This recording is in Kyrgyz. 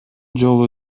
жолу